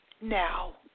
now